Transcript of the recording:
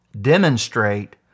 demonstrate